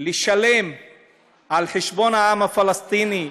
לשלם על חשבון העם הפלסטיני,